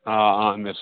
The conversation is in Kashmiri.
آ عامِر